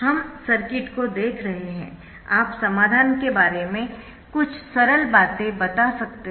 हम सर्किट को देख रहे है आप समाधान के बारे में कुछ सरल बातें बता सकते है